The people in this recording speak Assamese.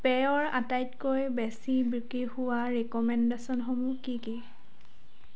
পেয়ৰ আটাইতকৈ বেছি বিক্ৰী হোৱা ৰিক'মেণ্ডেশ্যনসমূহ কি কি